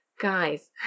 guys